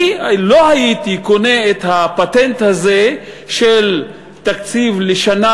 אני לא הייתי קונה את הפטנט הזה של תקציב לשנה